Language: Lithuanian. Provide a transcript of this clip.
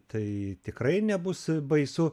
tai tikrai nebus baisu